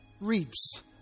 Reaps